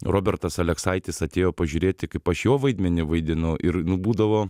robertas aleksaitis atėjo pažiūrėti kaip aš jo vaidmenį vaidinu ir būdavo